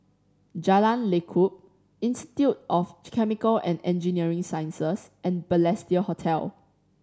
Jalan Lekub Institute of Chemical and Engineering Sciences and Balestier Hotel